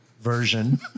version